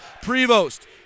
Prevost